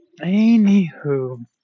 Anywho